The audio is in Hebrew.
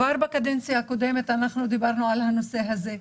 וכבר בקדנציה הקודמת דיברנו על הנושא הזה.